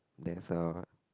there's a